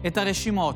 חבר הכנסת אלכס קושניר,